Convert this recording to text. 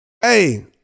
hey